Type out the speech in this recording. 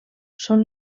són